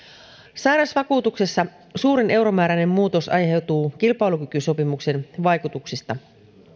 sairausvakuutuksessa suurin euromääräinen muutos aiheutuu kilpailukykysopimuksen vaikutuksista